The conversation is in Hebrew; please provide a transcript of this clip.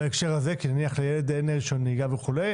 כי לילד אין רשיון נהיגה נניח,